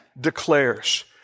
declares